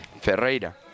Ferreira